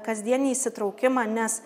kasdienį įsitraukimą nes